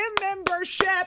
membership